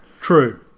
True